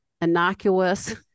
innocuous